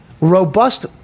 robust